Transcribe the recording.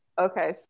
Okay